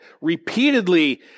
repeatedly